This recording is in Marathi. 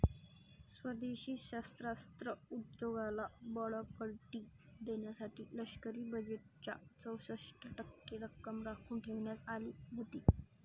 स्वदेशी शस्त्रास्त्र उद्योगाला बळकटी देण्यासाठी लष्करी बजेटच्या चौसष्ट टक्के रक्कम राखून ठेवण्यात आली होती